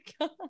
god